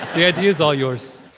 the idea's all yours